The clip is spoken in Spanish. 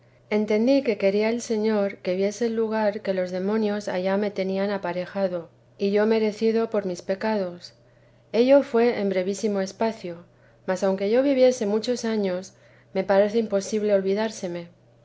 entendí que quería el señor que viese el lugar que los demonios me tenían allí aparejado y yo merecido por mis pecados ello fué en brevísimo espacio mas aunque yo viviese muchos años me parece imposible olvidárseme